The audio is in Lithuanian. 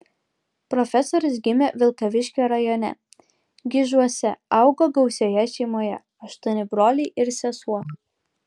profesorius gimė vilkaviškio rajone gižuose augo gausioje šeimoje aštuoni broliai ir sesuo